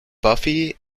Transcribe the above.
buffy